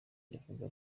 bivuze